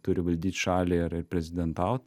turi valdyt šalį ir ir prezidentaut